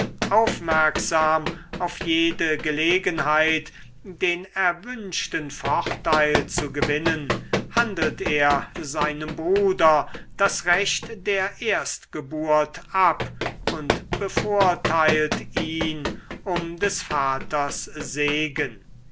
aufmerksam auf jede gelegenheit den erwünschten vorteil zu gewinnen handelt er seinem bruder das recht der erstgeburt ab und bevorteilt ihn um des vaters segen